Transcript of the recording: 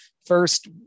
First